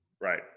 right